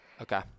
okay